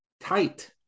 tight